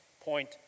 Point